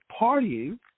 partying